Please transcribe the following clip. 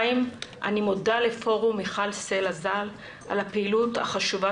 אני מודה לפורום מיכל סלה ז"ל על הפעילות החשובה